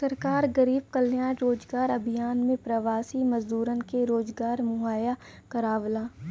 सरकार गरीब कल्याण रोजगार अभियान में प्रवासी मजदूरन के रोजगार मुहैया करावला